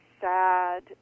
sad